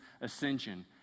ascension